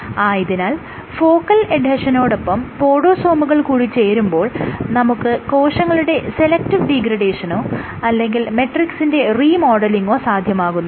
ആയതിനാൽ ഫോക്കൽ എഡ്ഹെഷനോടൊപ്പം പോഡോസോമുകൾ കൂടി ചേരുമ്പോൾ നമുക്ക് കോശങ്ങളുടെ സെലക്ടീവ് ഡീഗ്രഡേഷനോ അല്ലെങ്കിൽ മെട്രിക്സിന്റെ റീ മോഡലിങോ സാധ്യമാകുന്നു